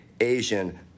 Asian